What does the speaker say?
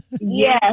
Yes